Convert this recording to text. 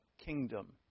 kingdom